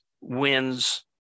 wins